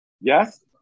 Yes